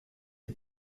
die